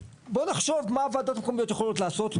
בוא נחשוב מה הוועדות המקומיות יכולות לעשות.